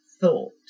thought